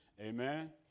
amen